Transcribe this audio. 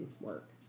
work